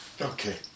Okay